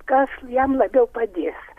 kas jam labiau padės